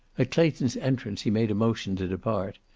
at clayton's entrance he made a motion to depart,